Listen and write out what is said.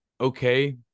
okay